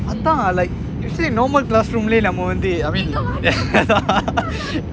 that time I like I see normal class room லயே நாம வந்து:laye naama vanthu